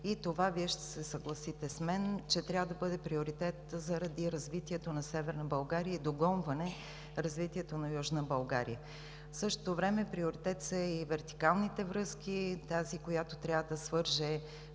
и това – Вие ще се съгласите с мен, трябва да бъде приоритет заради развитието на Северна България и догонване развитието на Южна България. В същото време приоритет са и вертикалните връзки, тази която трябва да свърже